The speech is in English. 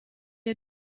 had